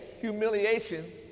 humiliation